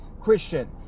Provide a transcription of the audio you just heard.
Christian